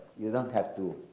you don't have to